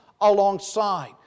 alongside